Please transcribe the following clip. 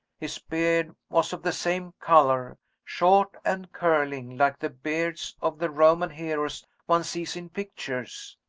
his beard was of the same color short and curling, like the beards of the roman heroes one sees in pictures.